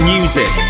Music